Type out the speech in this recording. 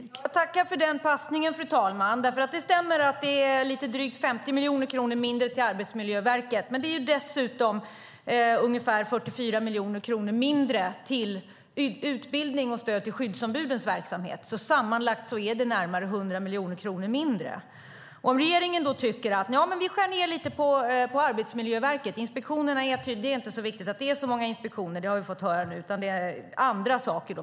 Fru talman! Jag tackar för den passningen. Det stämmer att det är lite drygt 50 miljoner kronor mindre till Arbetsmiljöverket. Men det är dessutom ungefär 44 miljoner kronor mindre till utbildning och stöd när det gäller skyddsombudens verksamhet. Sammanlagt är det närmare 100 miljoner kronor mindre. Regeringen tycker att man ska skära ned lite på Arbetsmiljöverket. Det är inte så viktigt att det är så många inspektioner - det har vi fått höra nu - utan det handlar om andra saker.